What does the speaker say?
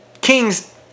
Kings